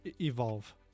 Evolve